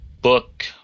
book